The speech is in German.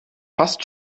fast